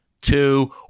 two